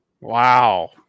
Wow